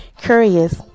curious